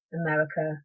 america